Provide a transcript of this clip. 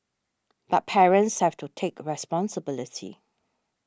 but parents have to take responsibility